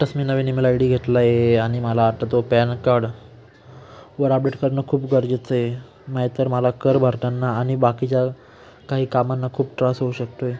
आत्ताच मी नवीन ईमेल आय डी घेतला आहे आणि मला आता तो पॅन कार्डवर अपडेट करणं खूप गरजेचं आहे नाही तर मला कर भरताना आणि बाकीच्या काही कामांना खूप त्रास होऊ शकतो आहे